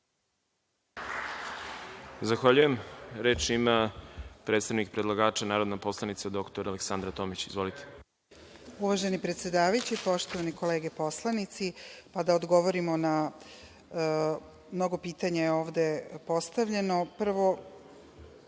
Zahvaljujem. Reč ima predstavnik predlagača narodna poslanica dr Aleksandra Tomić. Izvolite. **Aleksandra Tomić** Uvaženi predsedavajući, poštovane kolege poslanici, da odgovorim, mnogo pitanja je ovde postavljeno. Prvo,